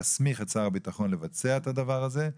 להסמיך את שר הביטחון לבצע את הדבר הזה,